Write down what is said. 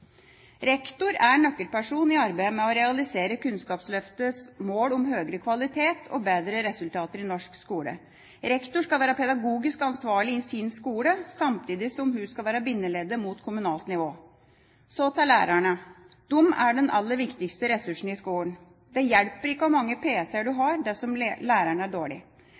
Rektor er nøkkelperson i arbeidet med å realisere Kunnskapsløftets mål om høyere kvalitet og bedre resultater i norsk skole. Rektor skal være pedagogisk ansvarlig i sin skole, samtidig som hun skal være bindeleddet mot kommunalt nivå. Så til lærerne. De er den aller viktigste ressursen i skolen. Det hjelper ikke hvor mange pc-er du har, dersom læreren er dårlig.